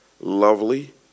lovely